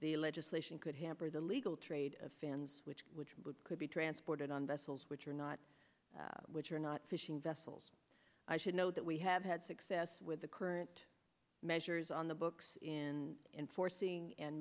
the legislation could hamper the legal trade of fans which could be transported on vessels which are not which are not fishing vessels i should note that we have had success with the current measures on the books in enforcing and